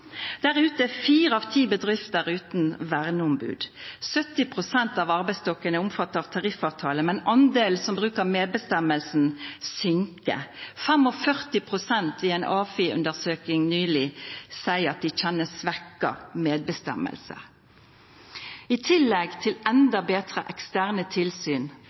Der ute er fire av ti bedrifter utan verneombod. 70 pst. av arbeidsstokken er omfatta av tariffavtale, men delen som brukar medbestemming, søkk. 45 pst. i ei AFI-undersøking nyleg seier at dei kjenner svekt medbestemming. I tillegg til endå betre eksterne tilsyn